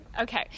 Okay